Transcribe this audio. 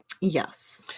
Yes